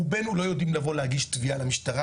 רובנו לא יודעים להגיש תביעה למשטרה,